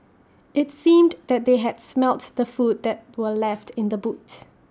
IT seemed that they had smelt the food that were left in the boot